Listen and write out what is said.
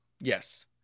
Yes